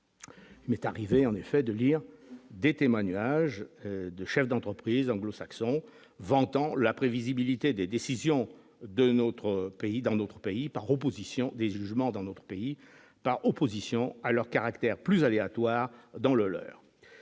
Mais est arrivé, en effet, de lire des témoignages de chefs d'entreprise anglo-saxon vantant la prévisibilité des décisions de notre pays, dans notre pays, par opposition des jugements dans notre pays, par opposition à leur caractère plus aléatoire dans le leur,